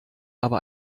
aber